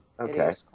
Okay